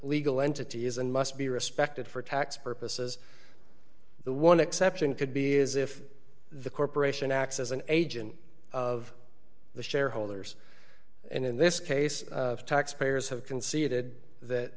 legal entity is and must be respected for tax purposes the one exception could be is if the corporation acts as an agent of the shareholders and in this case taxpayers have conceded that